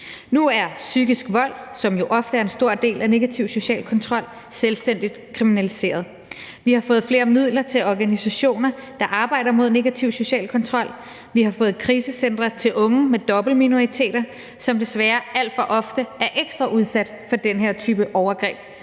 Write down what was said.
Nu er psykisk vold, som jo ofte er en stor del af negativ social kontrol, selvstændigt kriminaliseret. Vi har fået flere midler til organisationer, der arbejder imod negativ social kontrol. Vi har fået krisecentre til unge med dobbeltminoritsbaggrund, som desværre alt for ofte er ekstra udsat for den her type overgreb